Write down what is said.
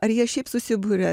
ar jie šiaip susibūrę